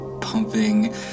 pumping